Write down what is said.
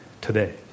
today